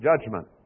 judgment